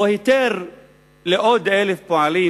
או היתר לעוד 1,000 פועלים